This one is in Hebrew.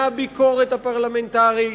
מהביקורת הפרלמנטרית,